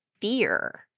fear